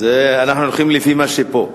אנחנו הולכים לפי מה שפה.